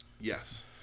Yes